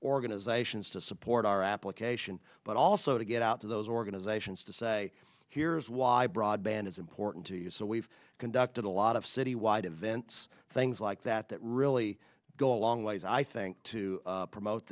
organisations to support our application but also to get out to those organisation to say here's why broadband is important to you so we've conducted a lot of citywide events things like that that really go a long ways i think to promote